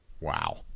Wow